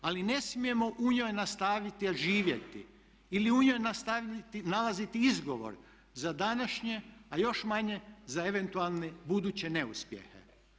Ali ne smijemo u njoj nastaviti živjeti ili u njoj nastaviti nalaziti izgovor za današnje, a još manje za eventualne buduće neuspjehe.